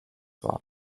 war